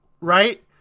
right